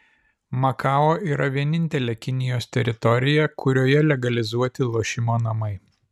makao yra vienintelė kinijos teritorija kurioje legalizuoti lošimo namai